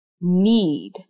need